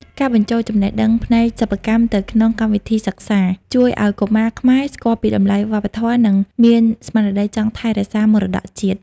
ការបញ្ចូលចំណេះដឹងផ្នែកសិប្បកម្មទៅក្នុងកម្មវិធីសិក្សា ជួយឱ្យកុមារខ្មែរស្គាល់ពីតម្លៃវប្បធម៌ និងមានស្មារតីចង់ថែរក្សាមរតកជាតិ។